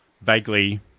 vaguely